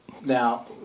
now